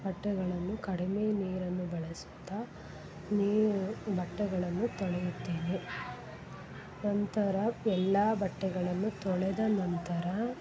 ಬಟ್ಟೆಗಳನ್ನು ಕಡಿಮೆ ನೀರನ್ನು ಬಳಸುತ್ತಾ ನೀರು ಬಟ್ಟೆಗಳನ್ನು ತೊಳೆಯುತ್ತೇನೆ ನಂತರ ಎಲ್ಲಾ ಬಟ್ಟೆಗಳನ್ನು ತೊಳೆದ ನಂತರ